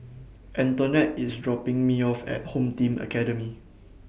Antonette IS dropping Me off At Home Team Academy